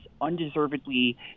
undeservedly